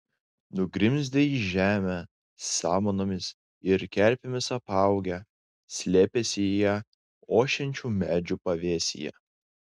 nugrimzdę į žemę samanomis ir kerpėmis apaugę slėpėsi jie ošiančių medžių pavėsyje